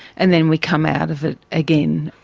and then we come out of it again.